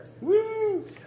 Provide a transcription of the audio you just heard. Woo